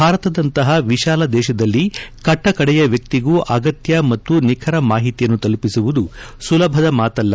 ಭಾರತದಂತಹ ವಿಶಾಲ ದೇಶದಲ್ಲಿ ಕಟ್ಟಕಡೆಯ ವ್ಯಕ್ತಿಗೂ ಅಗತ್ಯ ಮತ್ತು ನಿಖರ ಮಾಹಿತಿಯನ್ನು ತಲುಪಿಸುವುದು ಸುಲಭದ ಮಾತಲ್ಲ